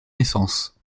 naissances